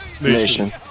Nation